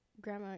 grandma